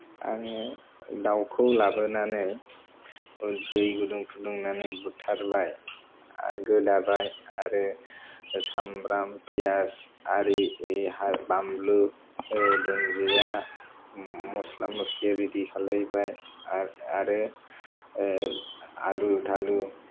आङो दाउखौ लाबोनानै दै गुदुं फुदुंनानै बुथारबाय आर गोदाबाय आरो सामब्राम फियाज आरि हा बानलु दुन्दिया मसला मसलि रेडि खालायबाय आ आरो आलु थालु